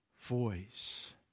voice